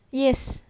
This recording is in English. yes